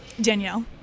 Danielle